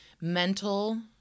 mental